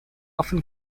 often